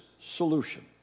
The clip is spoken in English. solution